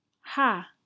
Ha